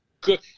good